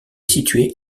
situé